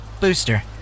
Booster